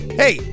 hey